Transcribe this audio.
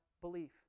belief